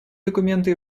документы